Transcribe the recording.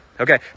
Okay